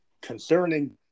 concerning